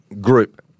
group